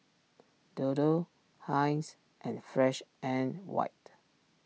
Dodo Heinz and Fresh and White